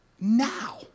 now